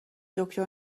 دکتر